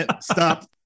Stop